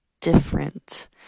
different